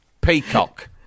Peacock